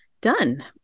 done